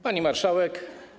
Pani Marszałek!